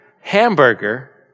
hamburger